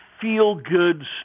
feel-good